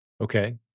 Okay